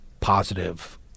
positive